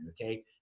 okay